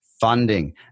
funding